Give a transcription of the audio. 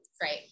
Great